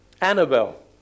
Annabelle